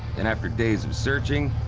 and after days of searching,